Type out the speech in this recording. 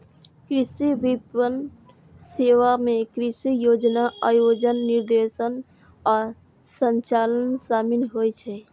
कृषि विपणन सेवा मे कृषि योजना, आयोजन, निर्देशन आ संचालन शामिल होइ छै